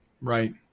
Right